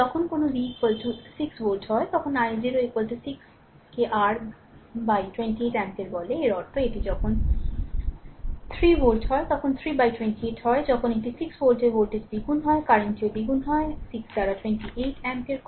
যখন কোনও v 6 volt হয় তখন i0 6 কে r দ্বারা 28 এম্পিয়ার বলে এর অর্থ এটি যখন 3 ভোল্ট হয় তখন 3 বাই 28 হয় যখন এটি 6 ভোল্টের ভোল্টেজ দ্বিগুণ হয় কারেন্টটিও দ্বিগুণ হয়ে 6 দ্বারা 28 অ্যাম্পিয়ার করে